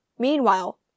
Meanwhile